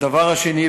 דבר שני,